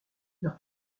leur